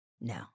No